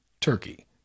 Turkey